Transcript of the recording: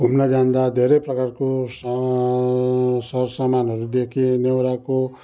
घुम्न जाँदा धेरै प्रकारको स सर सामानहरू देखेँ नेउराको